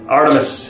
Artemis